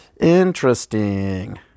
Interesting